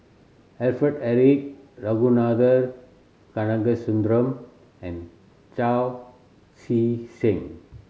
Alfred Eric Ragunathar Kanagasuntheram and Chao Tzee Cheng